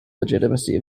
legitimacy